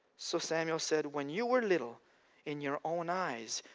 so samuel said, when you were little in your own eyes,